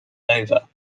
over